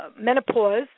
menopause